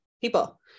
people